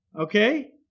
Okay